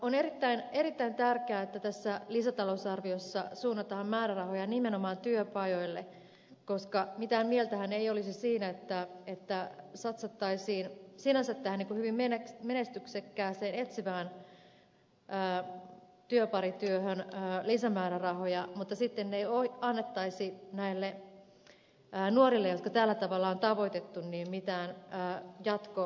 on erittäin tärkeää että tässä lisätalousarviossa suunnataan määrärahoja nimenomaan työpajoille koska mitään mieltähän ei olisi siinä että satsattaisiin sinänsä tähän hyvin menestyksekkääseen etsivään työparityöhön lisämäärärahoja mutta sitten ei annettaisi näille nuorille jotka tällä tavalla on tavoitettu mitään jatkopalveluita